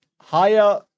Higher